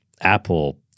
Apple